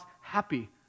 happy